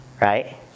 right